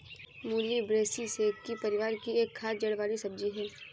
मूली ब्रैसिसेकी परिवार की एक खाद्य जड़ वाली सब्जी है